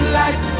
life